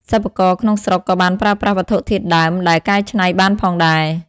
សិប្បករក្នុងស្រុកក៏បានប្រើប្រាស់វត្ថុធាតុដើមដែលកែច្នៃបានផងដែរ។